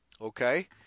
okay